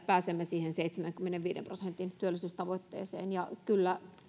pääsemme siihen seitsemänkymmenenviiden prosentin työllisyystavoitteeseen kyllä